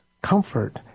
comfort